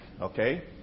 okay